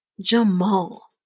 Jamal